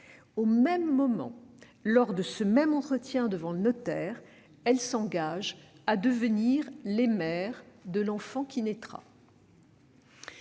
Au même moment, lors de ce même entretien devant le notaire, elles s'engagent à devenir les mères de l'enfant qui naîtra.